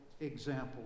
example